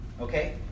Okay